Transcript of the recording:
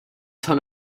ton